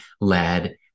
led